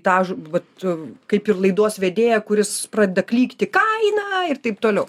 tą vat kaip ir laidos vedėją kuris pradeda klykti kainą ir taip toliau